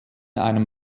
einem